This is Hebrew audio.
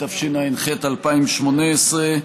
התשע"ח 2018,